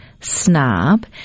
snob